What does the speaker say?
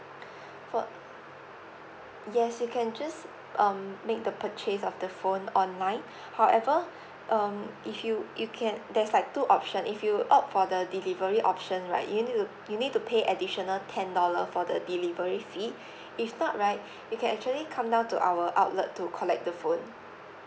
what yes you can just um make the purchase of the phone online however um if you you can there's like two option if you opt for the delivery option right you need to you need to pay additional ten dollar for the delivery fee if not right you can actually come down to our outlet to collect the phone